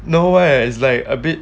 no eh its like a bit